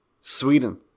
sweden